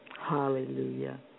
Hallelujah